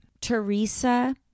Teresa